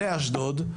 לאשדוד.